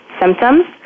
symptoms